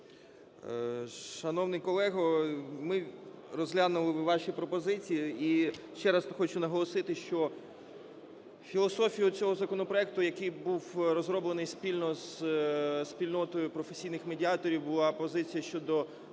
Шановний колего, ми розглянули ваші пропозиції, і ще раз хочу наголосити, що філософією цього законопроекту, який був розроблений спільно з спільнотою професійних медіаторів, була позиція щодо